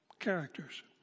characters